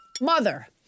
Mother